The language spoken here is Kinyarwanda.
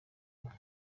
inka